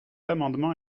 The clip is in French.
amendement